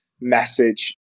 message